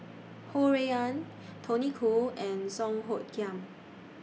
Ho Rui An Tony Khoo and Song Hoot Kiam